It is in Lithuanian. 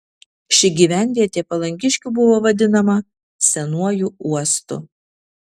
ši gyvenvietė palangiškių buvo vadinama senuoju uostu